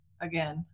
again